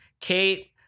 Kate